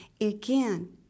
again